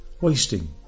wasting